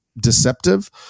deceptive